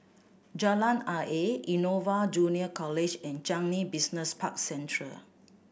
Jalan Ayer Innova Junior College and Changi Business Park Central